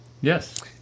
Yes